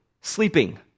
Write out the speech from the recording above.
sleeping